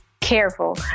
careful